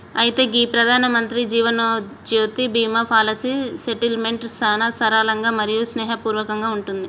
అయితే గీ Pradhan Mantri Jeevan Jyoti Bima policy settlement సానా సరళంగా మరియు స్నేహపూర్వకంగా ఉంటుంది